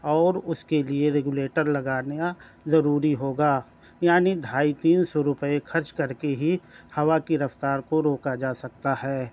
اور اس کے لیے ریگولیٹر لگانا ضروری ہوگا یعنی ڈھائی تین سو روپئے خرچ کر کے ہی ہوا کی رفتار کو روکا جا سکتا ہے